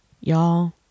Y'all